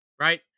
right